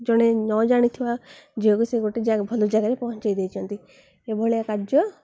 ଜଣେ ନ ଜାଣିଥିବା ଝିଅକୁ ସେ ଗୋଟେ ଭଲ ଜାଗାରେ ପହଞ୍ଚାଇ ଦେଇଛନ୍ତି ଏହିଭଳିଆ କାର୍ଯ୍ୟ